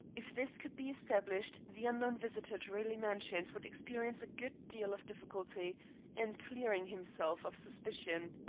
if this could be established, the unknown visitor to raleigh mansions would experience a good deal of difficulty in clearing himself of suspicion.